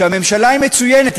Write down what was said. שהממשלה היא מצוינת,